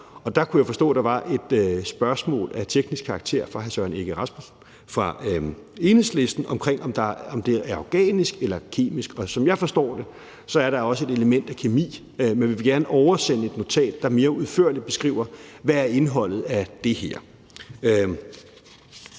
der kunne jeg forstå, at der var et spørgsmål af teknisk karakter fra hr. Søren Egge Rasmussen fra Enhedslisten omkring, om det er organisk eller kemisk. Som jeg forstår det, er der også et element af kemi. Men vi vil gerne oversende et notat, der mere udførligt beskriver, hvad indholdet er i det her.